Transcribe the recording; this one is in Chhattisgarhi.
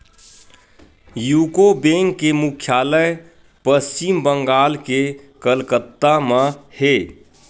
यूको बेंक के मुख्यालय पस्चिम बंगाल के कलकत्ता म हे